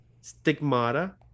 Stigmata